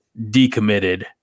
decommitted